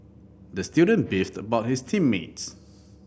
the student beefed about his team mates